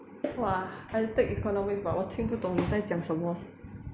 !wah! I take economic but 我听不懂你在讲什么